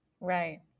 Right